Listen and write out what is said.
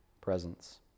presence